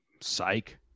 Psych